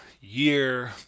year